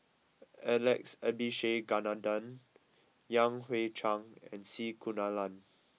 Alex Abisheganaden Yan Hui Chang and C Kunalan